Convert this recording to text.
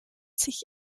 sich